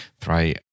try